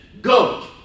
go